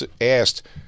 asked